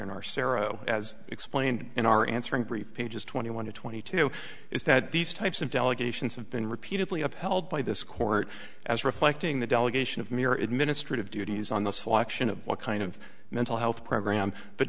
in our sorrow as explained in our answering brief pages twenty one or twenty two is that these types of delegations have been repeatedly upheld by this court as reflecting the delegation of mere administrative duties on the selection of what kind of mental health program but